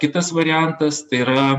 kitas variantas tai yra